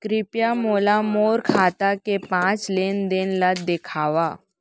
कृपया मोला मोर खाता के पाँच लेन देन ला देखवाव